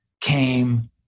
came